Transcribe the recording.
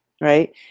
right